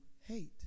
hate